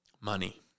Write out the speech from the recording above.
Money